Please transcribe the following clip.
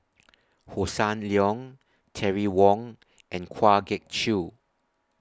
Hossan Leong Terry Wong and Kwa Geok Choo